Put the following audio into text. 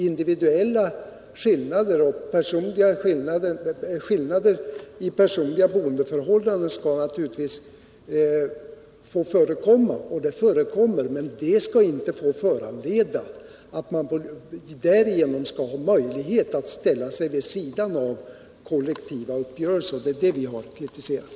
Individuella skillnader i personliga boendeförhållanden skall naturligtvis få förekomma, och de förekommer, men det skall inte få föranleda att man därigenom har möjlighet att ställa sig vid sidan, av kollektiva uppgörelser. Det är det vi har kritiserat.